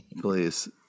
please